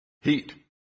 Heat